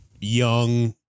young